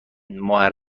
ماه